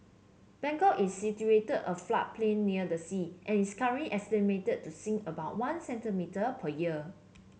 Bangkok is situated a floodplain near the sea and is current estimated to sink about one centimetre per year